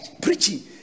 preaching